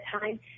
time